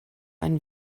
ein